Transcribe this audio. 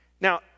Now